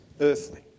earthly